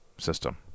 System